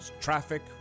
traffic